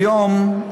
היום,